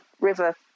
river